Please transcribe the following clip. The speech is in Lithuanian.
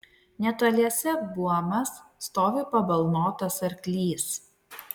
netoliese buomas stovi pabalnotas arklys